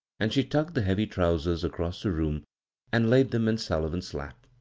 and she tugged the heavy trousers across the room and laid them in sullivan's lap.